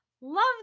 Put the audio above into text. love